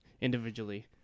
individually